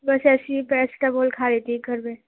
بس ایسے ہی پیراسیٹامال کھائی تھی گھر میں